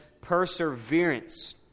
perseverance